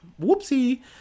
Whoopsie